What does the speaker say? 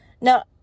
Now